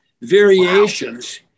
variations